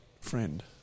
friend